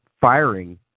firing